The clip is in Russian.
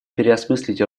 переосмыслить